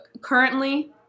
currently